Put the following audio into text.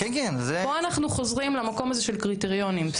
פה אנחנו חוזרים למקום הזה של קריטריונים.